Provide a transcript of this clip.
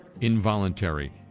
involuntary